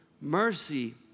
mercy